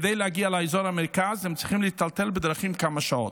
כדי להגיע לאזור המרכז הם צריכים להיטלטל בדרכים כמה שעות.